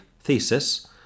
thesis